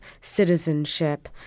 citizenship